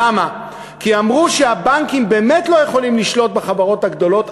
כי אמרו שהבנקים באמת לא יכולים לשלוט בחברות הגדולות,